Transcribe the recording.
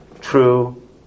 true